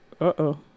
Uh-oh